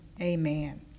Amen